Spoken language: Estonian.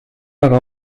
aga